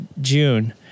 June